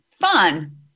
fun